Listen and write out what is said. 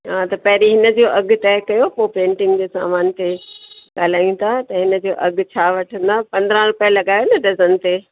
हा त पहिरीं इन जो अघु तय कयो पोइ पेंटिंग जे सामान खे ॻाल्हायूं था त हिन जो अघु छा वठंदा पंद्रहं रुपया लॻायो न डज़न ते